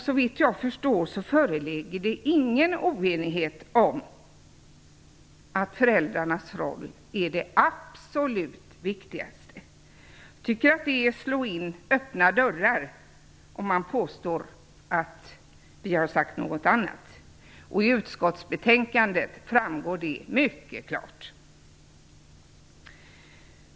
Såvitt jag förstår föreligger det ingen oenighet om att föräldrarnas roll är det absolut viktigaste. Jag tycker att det är att slå in öppna dörrar om man påstår att vi har sagt något annat. Av utskottsbetänkandet framgår det mycket klart.